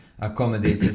Accommodate